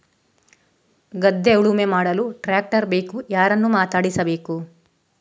ಗದ್ಧೆ ಉಳುಮೆ ಮಾಡಲು ಟ್ರ್ಯಾಕ್ಟರ್ ಬೇಕು ಯಾರನ್ನು ಮಾತಾಡಿಸಬೇಕು?